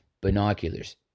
Binoculars